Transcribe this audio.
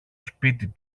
σπίτι